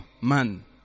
man